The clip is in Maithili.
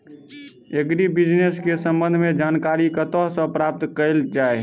एग्री बिजनेस केँ संबंध मे जानकारी कतह सऽ प्राप्त कैल जाए?